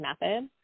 method